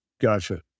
Gotcha